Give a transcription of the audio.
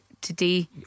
today